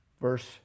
verse